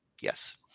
yes